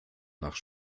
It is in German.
nach